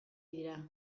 dira